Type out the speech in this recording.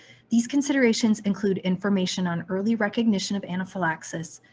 these considerations include information on early recognition of anaphylaxis,